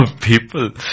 people